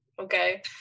okay